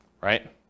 right